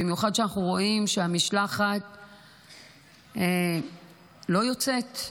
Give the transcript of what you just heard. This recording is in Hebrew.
במיוחד כשאנחנו רואים שהמשלחת לא יוצאת,